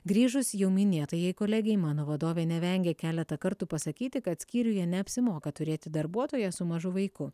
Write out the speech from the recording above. grįžus jau minėtajai kolegei mano vadovė nevengė keletą kartų pasakyti kad skyriuje neapsimoka turėti darbuotoją su mažu vaiku